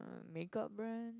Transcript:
makeup brand